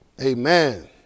Amen